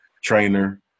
trainer